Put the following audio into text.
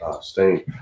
stain